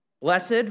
Blessed